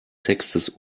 textes